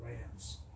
Rams